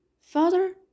Father